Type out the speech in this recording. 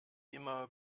immer